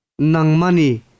Nangmani